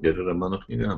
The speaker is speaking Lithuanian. ir yra mano knyga